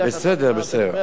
בסדר, בסדר.